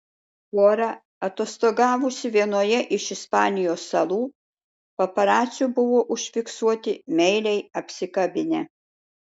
pora atostogavusi vienoje iš ispanijos salų paparacių buvo užfiksuoti meiliai apsikabinę